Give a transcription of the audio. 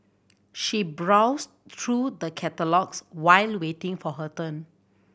she browsed through the catalogues while waiting for her turn